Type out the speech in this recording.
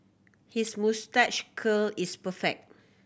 his moustache curl is perfect